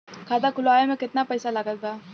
खाता खुलावे म केतना पईसा लागत बा?